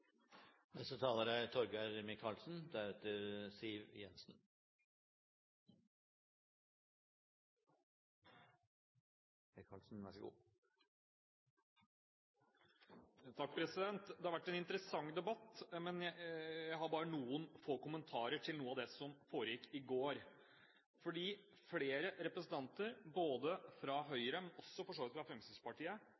Det har vært en interessant debatt. Jeg har bare noen få kommentarer til noe av det som foregikk i går. Flere representanter, både fra